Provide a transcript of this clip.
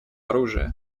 оружия